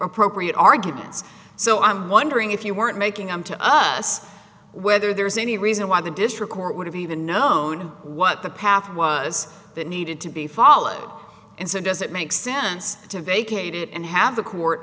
appropriate arguments so i'm wondering if you weren't making them to us whether there's any reason why the district court would have even known what the path was that needed to be followed and so does it make sense to vacate it and have a court